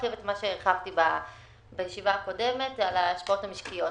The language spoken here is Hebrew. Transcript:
מה שהרחבתי בישיבה הקודמת על ההשפעות המשקיות.